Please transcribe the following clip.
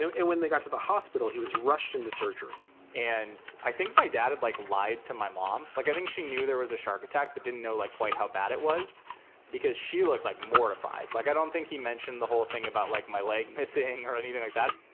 and when they got to the hospital, he was rushed into surgery and i think my dad had, like, lied to my mom. like, i think she knew there was a shark attack but didn't know quite how bad it was because she looked, like, mortified. like, i don't think he mentioned the whole thing about, like, my leg missing or anything like that